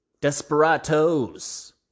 Desperados